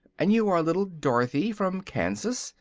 and you are little dorothy, from kansas.